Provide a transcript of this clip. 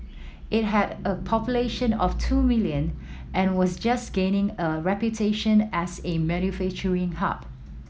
it had a population of two million and was just gaining a reputation as a manufacturing hub